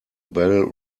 bell